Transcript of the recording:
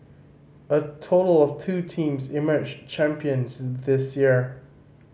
a total of two teams emerged champions this year